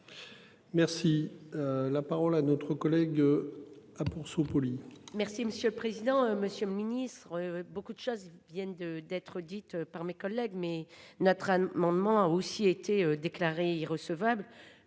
Merci. La parole à notre collègue. A pour sous-.